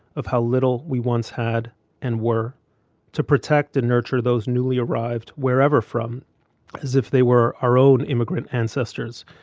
of how little we once had and were to protect and nurture those newly arrived wherever from as if they were our own immigrant ancestors.